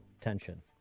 tension